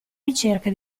ricerca